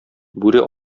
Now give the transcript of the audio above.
бүре